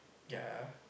ya